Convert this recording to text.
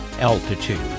altitude